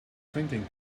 thinking